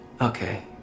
Okay